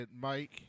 Mike